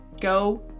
go